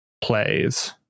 plays